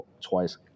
twice